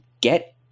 get